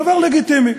דבר לגיטימי.